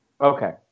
Okay